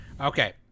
Okay